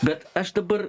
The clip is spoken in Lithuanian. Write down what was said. bet aš dabar